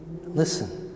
Listen